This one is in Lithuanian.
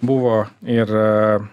buvo ir